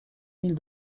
mille